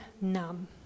numb